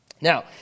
Now